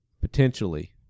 potentially